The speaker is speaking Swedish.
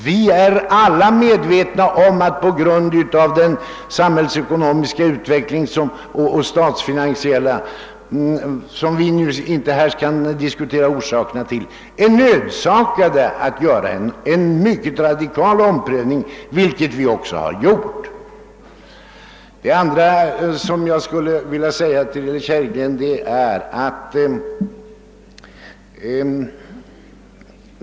Vi är alla medvetna om att på grund av den samhällsekonomiska och statsfinansiella utvecklingen, som vi nu inte skall diskutera orsakerna till, är vi nödsakade att göra en mycket radikal omprövning av 1963 års beslut, vilket vi också har gjort.